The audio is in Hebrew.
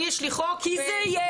יש לי פה חוק --- כי סליחה,